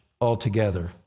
altogether